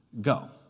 go